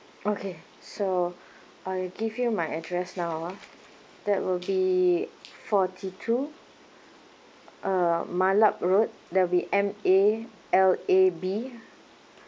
okay so I'll give you my address now ah that will be forty two uh malab road that'll be M_A_L_A_B